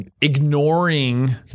ignoring